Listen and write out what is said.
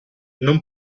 non